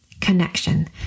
connection